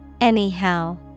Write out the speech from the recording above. Anyhow